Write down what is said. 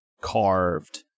carved